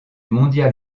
mondial